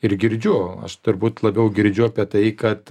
ir girdžiu aš turbūt labiau girdžiu apie tai kad